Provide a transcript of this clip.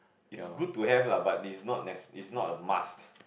is good to have lah but it's not ne~ it's not a must